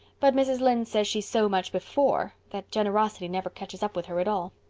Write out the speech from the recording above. but mrs. lynde says she's so much before that generosity never catches up with her at all.